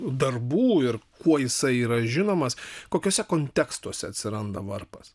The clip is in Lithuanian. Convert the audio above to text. darbų ir kuo jisai yra žinomas kokiuose kontekstuose atsiranda varpas